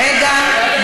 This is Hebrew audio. רגע,